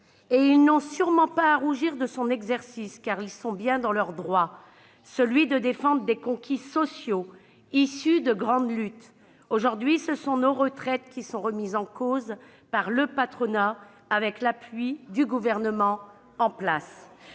Ils n'ont sûrement pas à rougir de son exercice, car ils sont bien dans leur droit, celui de défendre des conquis sociaux, issus de grandes luttes. Aujourd'hui, ce sont nos retraites qui sont remises en cause par le patronat, avec l'appui du gouvernement en place.